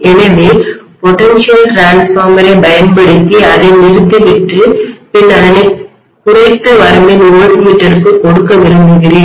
எனவே potential transformer சாத்தியமான மின்மாற்றியைப் பயன்படுத்தி அதை நிறுத்திவிட்டு பின் அதனை குறைந்த வரம்பின் வோல்ட்மீட்டருக்கு கொடுக்க விரும்புகிறேன்